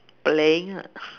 playing ah